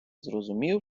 зрозумів